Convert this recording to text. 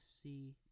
see